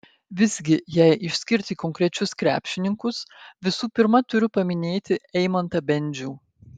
visgi jei išskirti konkrečius krepšininkus visų pirma turiu paminėti eimantą bendžių